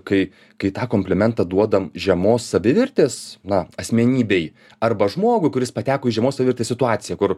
kai kai tą komplimentą duodam žemos savivertės na asmenybei arba žmogui kuris pateko į žemos savivertės situaciją kur